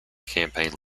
campaign